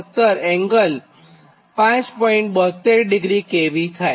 72° kV થાય